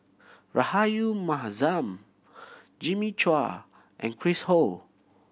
Rahayu Mahzam Jimmy Chua and Chris Ho